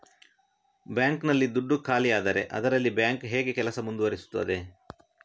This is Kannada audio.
ಬ್ಯಾಂಕ್ ನಲ್ಲಿ ದುಡ್ಡು ಖಾಲಿಯಾದರೆ ಅದರಲ್ಲಿ ಬ್ಯಾಂಕ್ ಹೇಗೆ ಕೆಲಸ ಮುಂದುವರಿಸುತ್ತದೆ?